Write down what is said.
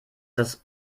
das